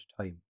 time